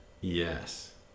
Yes